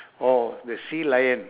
oh the sea lion